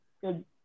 good